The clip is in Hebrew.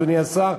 אדוני השר,